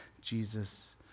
Jesus